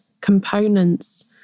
components